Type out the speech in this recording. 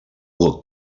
what